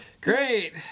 Great